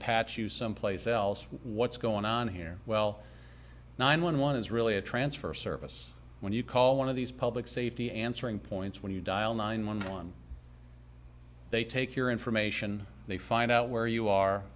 patch you someplace else what's going on here well nine one one is really a transfer service when you call one of these public safety answering points when you dial nine one one they take your information they find out where you are